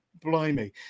Blimey